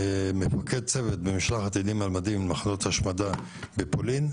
מפקד צוות במשלחת עדים על מדים במחנות ההשמדה בפולין.